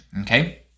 Okay